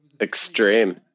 Extreme